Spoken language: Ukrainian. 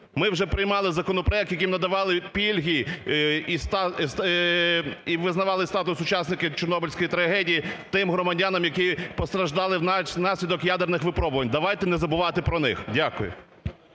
Ми вже приймали законопроект, яким надавали пільги і визнавали статус учасника чорнобильської трагедії тим громадянам, які постраждали внаслідок ядерних випробувань. Давайте не забувати про них. Дякую.